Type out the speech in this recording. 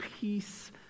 peace